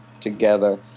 together